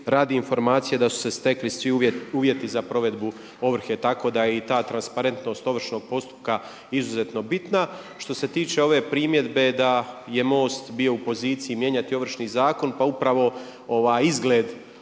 radi informacije da su se stekli svi uvjeti za provedbu ovrhe. Tako da je i ta transparentnost ovršnog postupka izuzetno bitna. Što se tiče ove primjedbe da je MOST bio u poziciji mijenjati Ovršni zakon. Pa upravo izgled